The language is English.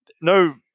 No